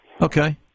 Okay